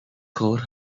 called